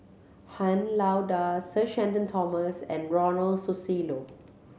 Han Lao Da Sir Shenton Thomas and Ronald Susilo